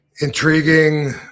intriguing